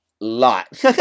lot